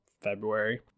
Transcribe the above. February